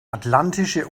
atlantische